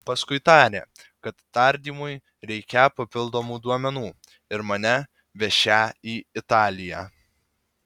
paskui tarė kad tardymui reikią papildomų duomenų ir mane vešią į italiją